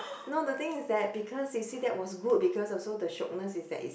no the thing is that because you see that was good because also the shiokness is that it's